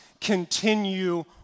Continue